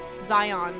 Zion